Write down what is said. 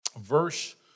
verse